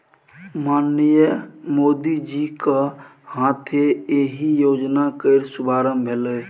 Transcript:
माननीय मोदीजीक हाथे एहि योजना केर शुभारंभ भेलै